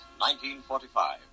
1945